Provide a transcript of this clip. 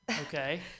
Okay